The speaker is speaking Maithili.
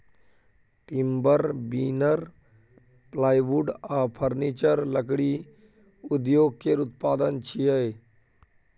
टिम्बर, बिनीर, प्लाईवुड आ फर्नीचर लकड़ी उद्योग केर उत्पाद छियै